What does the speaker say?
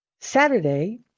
saturday